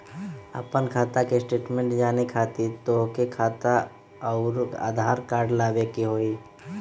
आपन खाता के स्टेटमेंट जाने खातिर तोहके खाता अऊर आधार कार्ड लबे के होइ?